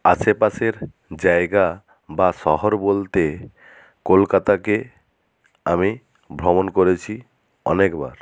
আশেপাশের জায়গা বা শহর বলতে কলকাতাকে আমি ভ্রমণ করেছি অনেকবার